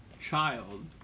child